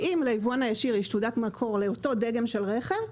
ואם ליבואן הישיר יש תעודת מקור לאותו דגם של רכב,